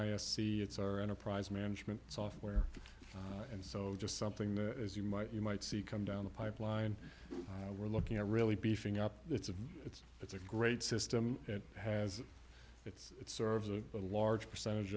it's our enterprise management software and so just something that as you might you might see come down the pipeline we're looking at really beefing up its a it's it's a great system it has it's serves a large percentage